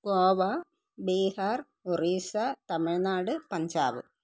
Goa Bihar Orissa Tamil Nadu Punjab